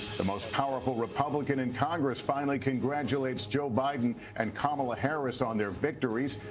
the most powerful republican in congress finally congratulates joe biden and kamala harris on their victories.